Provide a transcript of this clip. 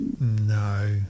No